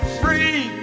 free